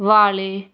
ਵਾਲੇ